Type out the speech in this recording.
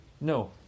No